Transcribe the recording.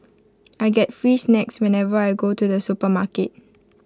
I get free snacks whenever I go to the supermarket